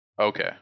Okay